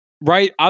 right